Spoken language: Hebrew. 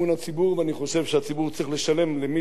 ואני חושב שהציבור צריך לשלם למי שמחשבונות